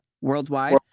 Worldwide